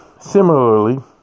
Similarly